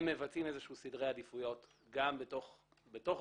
הם מבצעים סדרי עדיפויות גם בתוך הגופים,